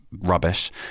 rubbish